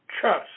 trust